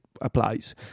applies